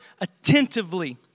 attentively